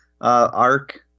arc